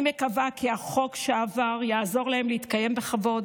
אני מקווה שהחוק שעבר יעזור להם להתקיים בכבוד,